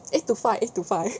eight to five eight to five